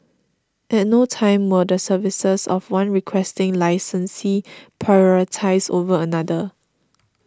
at no time were the services of one Requesting Licensee prioritise over another